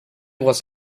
was